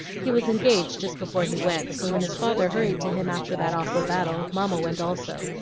he was engaged just before he went so when his father hurried to him after that awful battle, mamma went also,